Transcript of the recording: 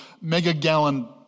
mega-gallon